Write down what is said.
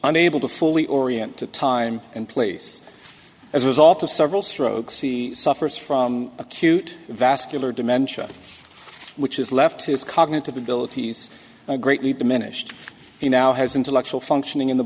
unable to fully orient to time and place as a result of several strokes he suffers from acute vascular dementia which has left his cognitive abilities greatly diminished he now has intellectual functioning in the